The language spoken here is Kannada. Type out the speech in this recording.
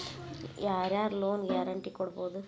ಯಾರ್ ಯಾರ್ ಲೊನ್ ಗ್ಯಾರಂಟೇ ಕೊಡ್ಬೊದು?